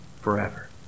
forever